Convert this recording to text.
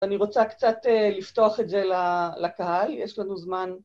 אני רוצה קצת לפתוח את זה לקהל, יש לנו זמן.